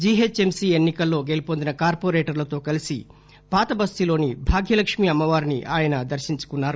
GHMC ఎన్ని కల్లో గెలుపొందిన కార్పొరేటర్లతో కలిసి పాతబస్తీలోని భాగ్యలక్ష్మి ఆమ్మవారిని ఆయన దర్శించుకున్నారు